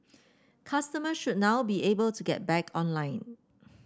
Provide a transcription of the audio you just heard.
customers should now be able to get back online